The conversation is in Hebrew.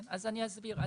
אז אני אסביר.